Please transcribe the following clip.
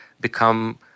become